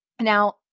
Now